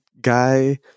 guy